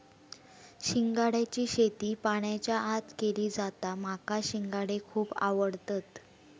शिंगाड्याची शेती पाण्याच्या आत केली जाता माका शिंगाडे खुप आवडतत